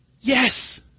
Yes